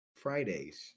Fridays